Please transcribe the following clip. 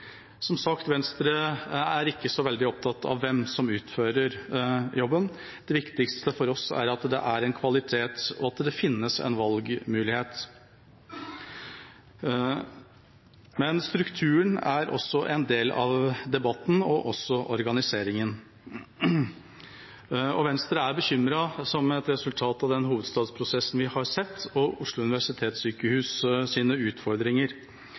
Som sagt er Venstre ikke så veldig opptatt av hvem som utfører jobben, det viktigste for oss er at det er kvalitet, og at det finnes en valgmulighet. Men strukturen er også en del av debatten, og også organiseringen. Venstre er bekymret for, som et resultat av den hovedstadsprosessen vi har sett, Oslo universitetssykehus’ utfordringer.